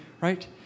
right